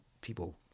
people